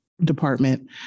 department